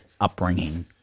upbringing